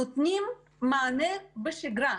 נותנים מענה בשגרה.